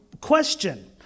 question